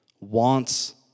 wants